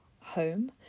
home